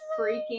freaking